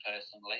personally